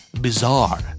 Bizarre